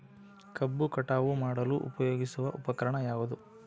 ಕಬ್ಬು ಕಟಾವು ಮಾಡಲು ಉಪಯೋಗಿಸುವ ಉಪಕರಣ ಯಾವುದು?